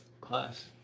class